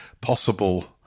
possible